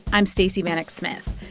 i'm stacey vanek smith.